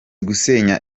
gusenya